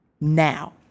Now